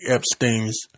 Epstein's